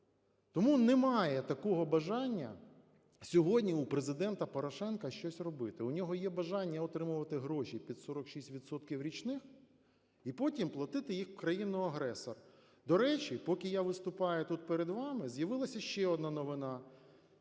Тому немає такого бажання сьогодні у Президента Порошенка щось робити, у нього є бажання отримувати гроші під… 46 відсотків річних і потім платити їх в країну-агресор. До речі, поки я вступаю тут перед вами, з'явилася ще одна новина.